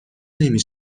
نمی